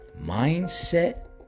Mindset